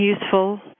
useful